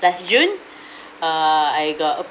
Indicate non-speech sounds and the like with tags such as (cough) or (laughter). that's june (breath) uh I got